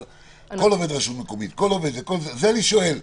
אבל כל עובד רשות מקומית זה אני שואל.